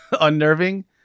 unnerving